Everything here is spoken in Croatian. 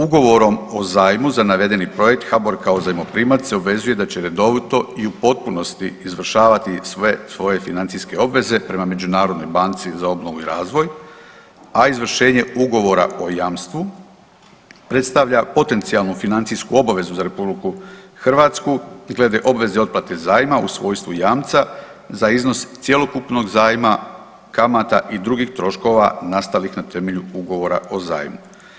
Ugovorom o zajmu za navedeni projekt HBOR kao zajmoprimac se obvezuje da će redovito i u potpunosti izvršavati sve svoje financijske obveze prema Međunarodnoj banci za obnovu i razvoj, a izvršenje Ugovora o jamstvu predstavlja potencionalnu financijsku obavezu za RH glede obveze otplate zajma u svojstvu jamca za iznos cjelokupnog zajma, kamata i drugih troškova nastalih na temelju Ugovora o zajmu.